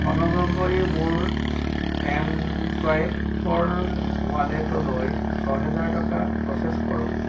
অনুগ্ৰহ কৰি মোৰ এম চুৱাইপৰ ৱালেটলৈ ছহেজাৰ টকা প্ৰ'চেছ কৰক